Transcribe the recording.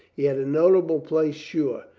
he had a notable place sure.